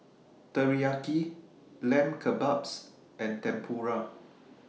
Teriyaki Lamb Kebabs and Tempura